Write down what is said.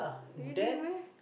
really meh